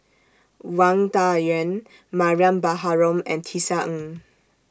Wang Dayuan Mariam Baharom and Tisa Ng